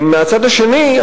מהצד השני,